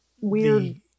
weird